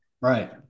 Right